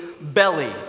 belly